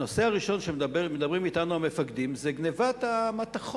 הנושא הראשון שמדברים אתנו המפקדים עליו זה גנבת המתכות